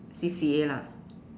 C_C_A lah